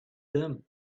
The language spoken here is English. them